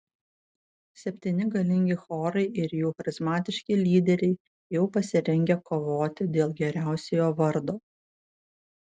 septyni galingi chorai ir jų charizmatiški lyderiai jau pasirengę kovoti dėl geriausiojo vardo